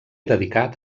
dedicat